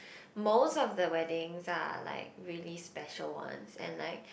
most of the wedding are like really special one and like